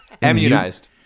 Immunized